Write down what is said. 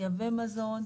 מייבא מזון,